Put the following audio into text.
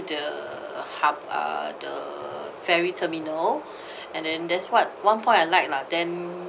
the hub uh the ferry terminal and then that's what one point I like lah then